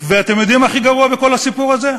ואתם יודעים מה הכי גרוע בכל הסיפור הזה?